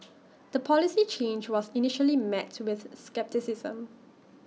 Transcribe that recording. the policy change was initially met with scepticism